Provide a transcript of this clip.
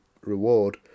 reward